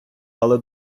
але